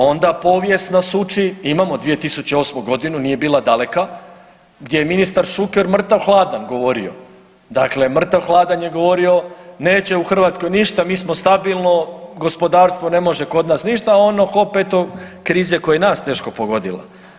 Onda povijest nas uči, imamo 2008. godinu nije bila daleka gdje je ministar Šuker mrtav hladan govorio, dakle mrtav hladan je govorio neće u Hrvatskoj ništa, mi smo stabilno, gospodarstvo ne može kod nas ništa a onda opet kriza koja je nas teško pogodila.